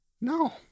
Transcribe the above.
no